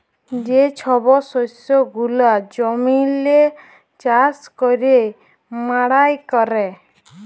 যে ছব শস্য গুলা জমিল্লে চাষ ক্যইরে মাড়াই ক্যরে